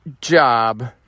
job